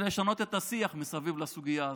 לעשות זה לשנות את השיח מסביב לסוגיה הזו.